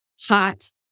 hot